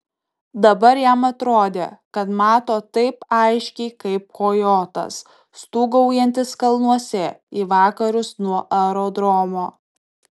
dabar jam atrodė kad mato taip aiškiai kaip kojotas stūgaujantis kalnuose į vakarus nuo aerodromo